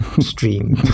stream